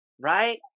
Right